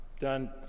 done